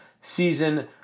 season